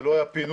זה לא היה פינוי,